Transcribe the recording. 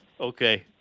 Okay